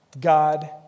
God